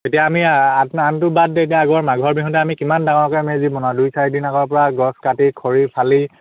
তেতিয়া আমি আঠমানটো বাদ দে এতিয়া আগৰ মাঘৰ বিহুঁতে আমি কিমান ডাঙৰকৈ মেজি বনাওঁ দুই চাৰিদিন আগৰপৰা গছ কাটি খৰি ফালি